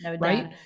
right